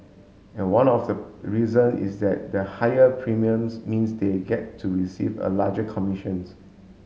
and one of the reason is that the higher premiums means they get to receive a larger commissions